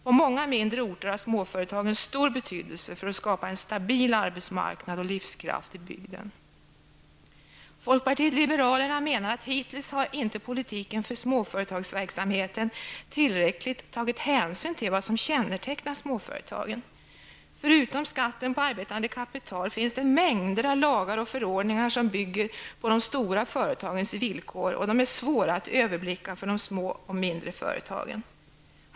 På många mindre orter har småföretagen stor betydelse för att skapa en stabil arbetsmarknad och livskraft i bygden. Folkpartiet liberalerna menar att politiken för småföretagsverksamheten hittills inte tagit tillräcklig hänsyn till vad som kännetecknar småföretagen. Förutom skatten på arbetande kapital finns det mängder av lagar och förordningar som bygger på de stora företagens villkor, och de är svåra att överblicka för de mindre företagen.